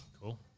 Cool